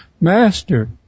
master